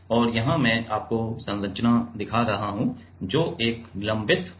और यहां मैं आपको संरचना दिखा रहा हूं जो एक निलंबित संरचना है